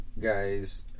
guys